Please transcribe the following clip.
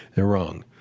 they're wrong.